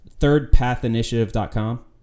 thirdpathinitiative.com